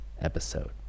episode